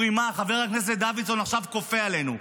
אומרים: מה, חבר הכנסת דוידסון עכשיו כופה עלינו.